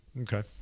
Okay